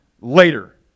later